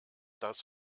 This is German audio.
das